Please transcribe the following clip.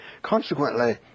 Consequently